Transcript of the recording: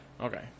Okay